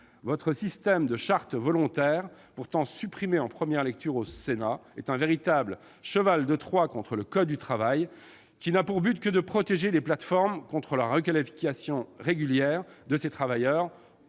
Votre système de charte volontaire, qui avait été supprimé en première lecture au Sénat, est un véritable cheval de Troie contre le code du travail, sans autre but que de protéger les plateformes contre la requalification régulière de ces travailleurs